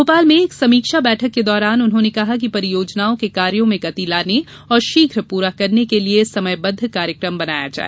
भोपाल में एक समीक्षा बैठक के दौरान उन्होंने कहा कि परियोजनाओं के कार्यो में गति लाने और शीघ्र पूरा करने के लिये समयबद्द कार्यक्रम बनाया जाए